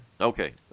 Okay